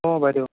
অ বাইদেউ